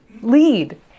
lead